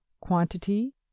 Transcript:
quantity